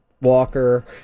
Walker